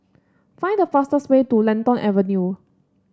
find the fastest way to Lentor Avenue